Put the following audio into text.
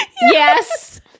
Yes